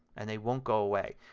and they won't go away.